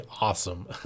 awesome